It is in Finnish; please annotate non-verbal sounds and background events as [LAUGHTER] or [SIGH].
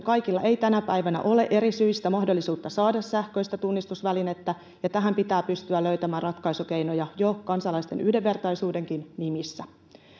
[UNINTELLIGIBLE] kaikilla ei tänä päivänä ole eri syistä mahdollisuutta saada sähköistä tunnistusvälinettä ja tähän pitää pystyä löytämään ratkaisukeinoja jo kansalaisten yhdenvertaisuudenkin nimissä